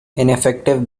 ineffective